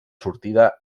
sortida